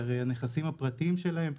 הרי הנכסים הפרטיים שלהם,